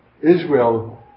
Israel